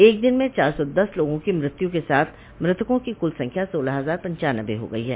एक दिन में चार सौ दस लोगों की मृत्यु के साथ म्रतको की कुल संख्या सोलह हजार पन्चान्नबे हो गई है